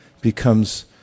becomes